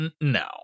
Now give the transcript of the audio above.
No